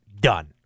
done